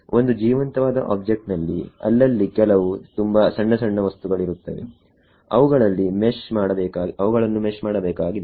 ಒಂದು ಜೀವಂತವಾದ ಆಬ್ಜೆಕ್ಟ್ ನಲ್ಲಿ ಅಲ್ಲಲ್ಲಿ ಕೆಲವು ತುಂಬಾ ಸಣ್ಣ ಸಣ್ಣ ವಸ್ತು ಗಳಿರುತ್ತವೆ ಅವುಗಳನ್ನು ಮೆಶ್ ಮಾಡಬೇಕಾಗಿಲ್ಲ